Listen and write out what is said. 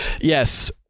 Yes